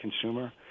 consumer